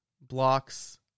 blocks